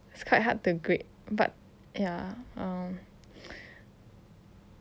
it's quite hard to grip but ya um